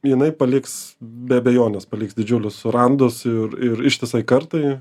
jinai paliks be abejonės paliks didžiulius randus ir ir ištisai kartai